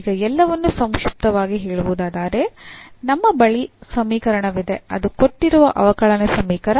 ಈಗ ಎಲ್ಲವನ್ನೂ ಸಂಕ್ಷಿಪ್ತವಾಗಿ ಹೇಳುವುದಾದರೆ ನಮ್ಮ ಬಳಿ ಸಮೀಕರಣವಿದೆ ಅದು ಕೊಟ್ಟಿರುವ ಅವಕಲನ ಸಮೀಕರಣ